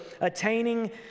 attaining